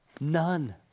None